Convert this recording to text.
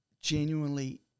genuinely